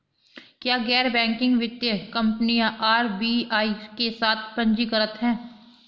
क्या गैर बैंकिंग वित्तीय कंपनियां आर.बी.आई के साथ पंजीकृत हैं?